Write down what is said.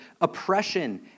oppression